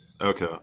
okay